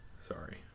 Sorry